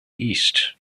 east